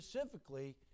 specifically